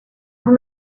vous